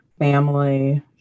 family